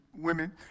women